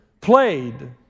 played